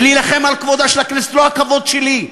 ולהילחם על כבודה של הכנסת, לא הכבוד שלי,